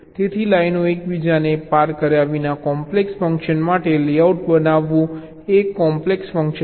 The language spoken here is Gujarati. તેથી લાઈનો એકબીજાને પાર કર્યા વિના કોમ્પ્લેક્સ ફંકશન માટે લેઆઉટ બનાવવું એ એક કોમ્પ્લેક્સ ફંકશન છે